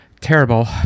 terrible